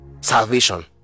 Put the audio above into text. salvation